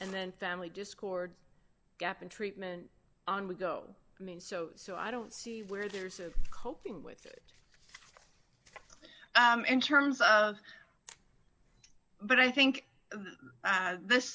and then family discord gap and treatment on we go i mean so so i don't see where there's a coping with it in terms of but i think this